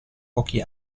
pochi